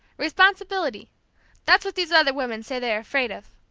responsibility that's what these other women say they are afraid of!